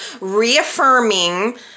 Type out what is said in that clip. reaffirming